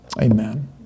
Amen